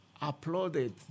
applauded